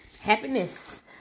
Happiness